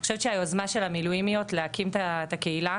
אני חושבת שהיוזמה של המילואימיות להקים את הקהילה